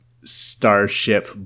starship